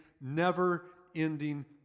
never-ending